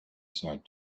said